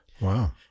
Wow